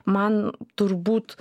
man turbūt